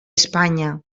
espanya